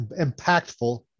impactful